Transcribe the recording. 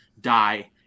die